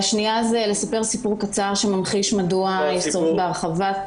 והשנייה היא לספר סיפור קצר שממחיש מדוע יש צורך בהרחבה.